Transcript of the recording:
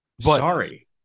Sorry